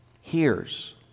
hears